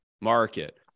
market